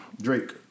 Drake